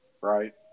right